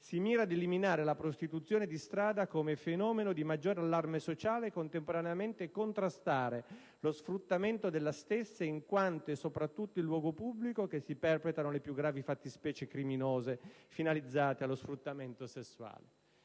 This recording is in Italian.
si mirava ad eliminare la prostituzione di strada come fenomeno di maggior allarme sociale e contemporaneamente si voleva contrastare lo sfruttamento della stessa in quanto è soprattutto in luogo pubblico che si perpetrano le più gravi fattispecie criminose finalizzate allo sfruttamento sessuale.